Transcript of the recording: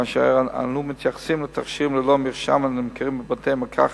כאשר אנו מתייחסים לתכשירים ללא מרשם הנמכרים בבתי-המרקחת,